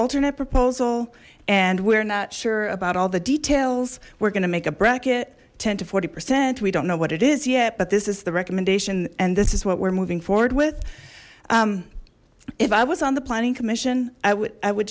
alternate proposal and we're not sure about all the details we're going to make a bracket ten to forty percent we don't know what it is yet but this is the recommendation and this is what we're moving forward with if i was on the planning commission i would